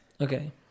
Okay